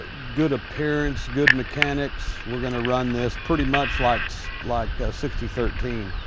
ah good appearance, good mechanics. we're gonna run this pretty much like so like a sixty thirteen.